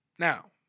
Now